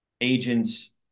agents